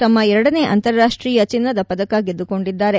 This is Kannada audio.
ತಮ್ಮ ಎರಡನೇ ಅಂತಾರಾಷ್ವೀಯ ಚಿನ್ನದ ಪದಕ ಗೆದ್ದುಕೊಂಡಿದ್ದಾರೆ